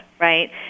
right